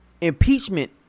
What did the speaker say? impeachment